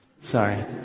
Sorry